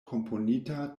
komponita